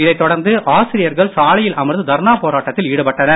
இதை தொடர்ந்து ஆசிரியர்கள் சாலையில் அமர்ந்து தர்ணா போராட்டத்தில் ஈடுபட்டனர்